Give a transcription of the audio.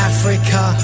Africa